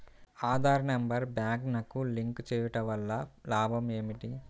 Aadhaar number బ్యాంక్నకు link చేయుటవల్ల లాభం ఏమిటి?